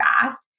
fast